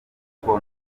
kuko